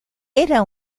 era